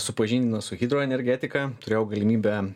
supažindino su hidroenergetika turėjau galimybę